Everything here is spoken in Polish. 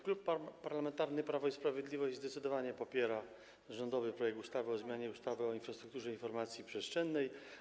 Klub Parlamentarny Prawo i Sprawiedliwość zdecydowanie popiera rządowy projekt ustawy o zmianie ustawy o infrastrukturze informacji przestrzennej.